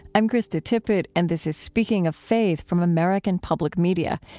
i'm krista tippett and this is speaking of faith from american public media.